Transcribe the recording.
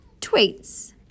tweets